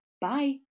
Bye